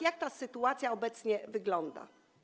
Jak ta sytuacja obecnie wygląda?